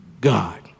God